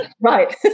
right